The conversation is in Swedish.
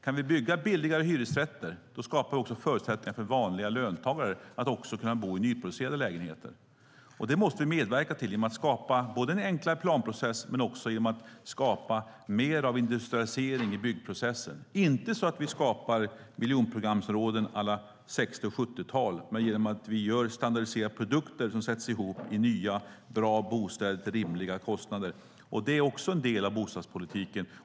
Kan vi bygga billigare hyresrätter skapar vi också förutsättningar för vanliga löntagare att bo i nyproducerade lägenheter. Det måste vi medverka till genom att skapa en enklare planprocess men också genom att skapa mer av industrialisering i byggprocessen - inte så att vi skapar miljonprogramsområden à la 60 och 70-tal utan genom att vi gör standardiserade produkter som sätts ihop till nya, bra bostäder till rimliga kostnader. Det är också en del av bostadspolitiken.